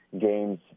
games